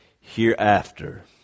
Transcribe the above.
hereafter